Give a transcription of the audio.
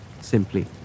simply